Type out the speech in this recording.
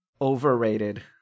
overrated